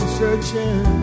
searching